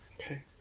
Okay